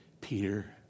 Peter